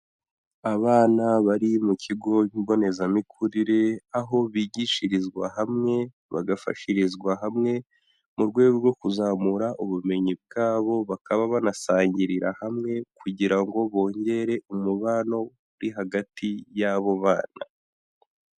Abana bari mu kigo mbonezamikurire aho bigishirizwa hamwe bagafashirizwa hamwe, mu rwego rwo kuzamura ubumenyi bwabo, bakaba banasangirira hamwe kugira ngo bongere umubano uri hagati y'abo bana.